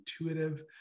intuitive